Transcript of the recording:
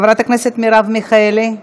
חברת הכנסת מרב מיכאלי,